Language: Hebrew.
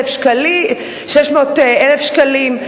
600,000 שקלים.